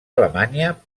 alemanya